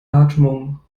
atmung